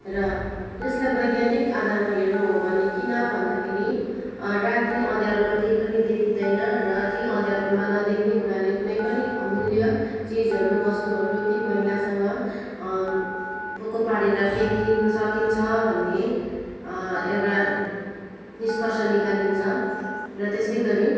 र यसलाई वैज्ञानिक आधारमा हेर्नु हो भने किन भन्दाखेरि राति अँध्यारोमा केही पनि देखिँदैन र ती अँध्यारोमा नदेख्ने हुनाले कुनै पनि अमूल्य चिजहरू वस्तुहरू ती मैलासँग पोको पारेर फ्याँकिनु सकिन्छ भन्ने एउटा निष्कर्ष निकालिन्छ र त्यसै गरी